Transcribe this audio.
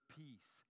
peace